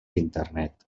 internet